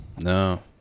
no